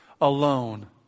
alone